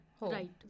Right